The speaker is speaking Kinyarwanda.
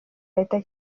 leta